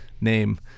name